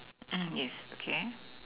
um yes okay